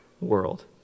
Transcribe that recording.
world